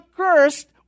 cursed